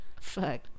Fuck